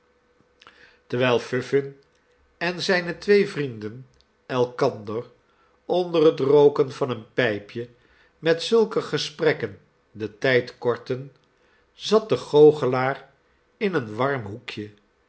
terwijl vuffin en zijne twee vrienden elkander onder het rooken van een pijpje met zulke gesprekken den tijd kortten zat de goochelaar in een warm hoekje